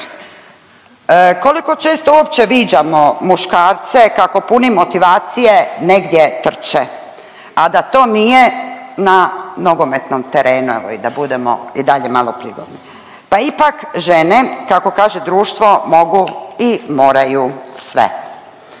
Koliko često uopće viđamo muškarce kako puni motivacije negdje trče, a da to nije na nogometnom terenu, evo i da budemo i dalje malo prigodni? Pa ipak žene kako kaže društvo mogu i moraju sve